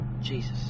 Jesus